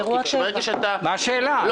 מה השאלה, זה ברור.